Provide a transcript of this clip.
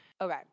Okay